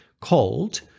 called